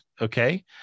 Okay